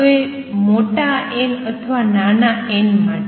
હવે મોટા n અથવા નાના n માટે